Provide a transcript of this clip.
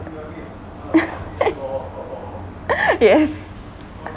yes